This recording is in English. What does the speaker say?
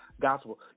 gospel